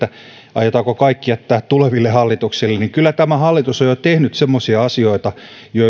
aiotaanko kaikki jättää tuleville hallituksille niin kyllä tämä hallitus on jo tehnyt semmoisia asioita